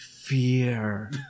fear